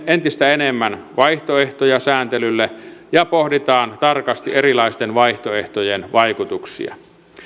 entistä enemmän vaihtoehtoja sääntelylle ja pohditaan tarkasti erilaisten vaihtoehtojen vaikutuksia